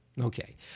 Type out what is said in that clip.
Okay